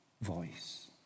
voice